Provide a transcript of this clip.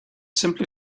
simply